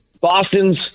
Boston's